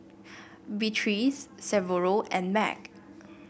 Beatriz Severo and Meg